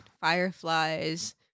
fireflies